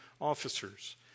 officers